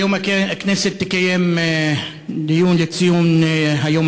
היום הכנסת תקיים דיון לציון היום